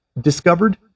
discovered